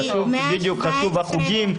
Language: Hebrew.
בדיוק, חשוב החוגים.